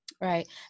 Right